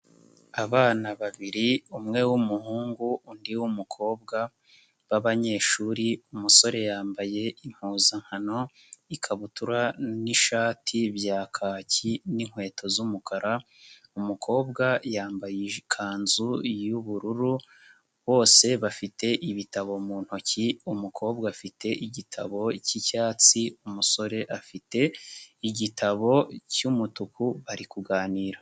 Abana babiri umwe w'umuhungu undi w'umukobwa b'abanyeshuri umusore yambaye impuzankano ikabutura n'ishati bya kaki n'inkweto z'umukara, umukobwa yambaye ikanzu y'ubururu bose bafite ibitabo mu ntoki umukobwa afite igitabo cy'icyatsi, umusore afite igitabo cy'umutuku bari kuganira.